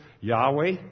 Yahweh